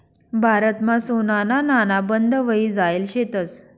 भारतमा सोनाना नाणा बंद व्हयी जायेल शेतंस